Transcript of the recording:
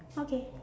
okay